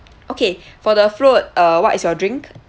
okay for the float uh what is your drink